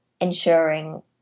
ensuring